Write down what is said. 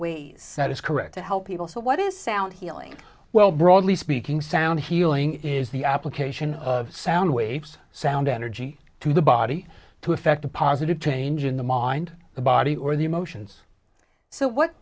ways that is correct to help people so what is sound healing well broadly speaking sound healing is the application of sound waves sound energy to the body to effect a positive change in the mind the body or the